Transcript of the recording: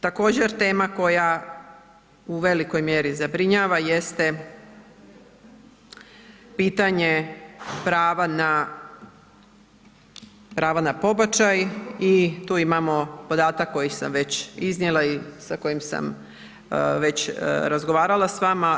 Također tema koja u velikoj mjeri zabrinjava jeste pitanje prava na, prava na pobačaj i tu imamo podatak koji sam već iznijela i sa kojim sam već razgovarala s vama.